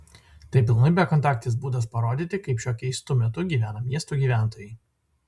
tai pilnai bekontaktis būdas parodyti kaip šiuo keistu metu gyvena miestų gyventojai